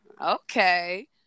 Okay